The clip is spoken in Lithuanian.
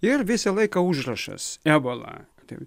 ir visą laiką užrašas ebola tai